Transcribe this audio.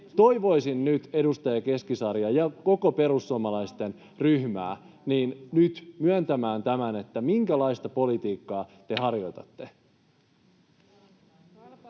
Toivoisin nyt edustaja Keskisarjaa ja koko perussuomalaisten ryhmää myöntämään tämän, minkälaista politiikkaa te harjoitatte.